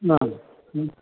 ആ മ്മ്